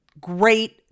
great